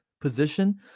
position